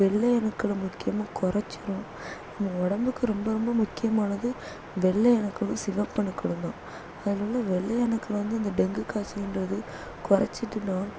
வெள்ளை அணுக்களை முக்கியமாக குறைச்சிரும் நம்ம உடம்புக்கு ரொம்ப ரொம்ப முக்கியமானது வெள்ளை அணுக்களும் சிவப்பு அணுக்களும் தான் அதனால் வெள்ளை அணுக்கள் வந்து இந்த டெங்கு காய்ச்சல்ங்றது குறைச்சிட்டுனா